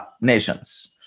nations